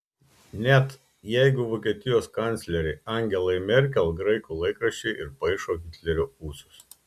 net jeigu vokietijos kanclerei angelai merkel graikų laikraščiai ir paišo hitlerio ūsus